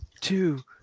two